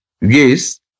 Yes